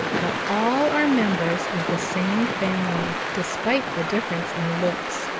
but all are members of the same family despite the difference in looks,